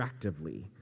extractively